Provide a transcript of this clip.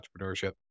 entrepreneurship